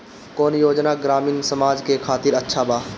कौन योजना ग्रामीण समाज के खातिर अच्छा बा?